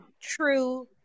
True